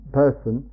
person